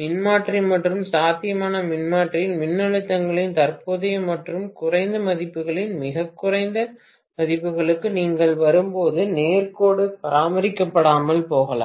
மின்மாற்றி மற்றும் சாத்தியமான மின்மாற்றியில் மின்னழுத்தங்களின் தற்போதைய மற்றும் குறைந்த மதிப்புகளின் மிகக் குறைந்த மதிப்புகளுக்கு நீங்கள் வரும்போது நேர்கோட்டு பராமரிக்கப்படாமல் போகலாம்